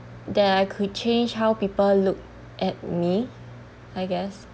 that I could change how people look at me I guess